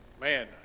man